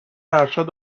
ارشد